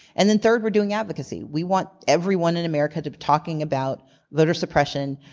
and then third, we're doing advocacy. we want everyone in america to be talking about voter suppression,